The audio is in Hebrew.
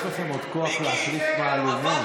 יש לכם עוד כוח להחליף מהלומות?